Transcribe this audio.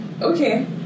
Okay